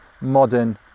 modern